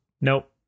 Nope